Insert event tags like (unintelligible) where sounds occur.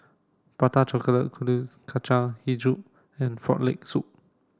Prata (unintelligible) Kuih Kacang Hijau and frog leg soup